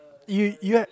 you you had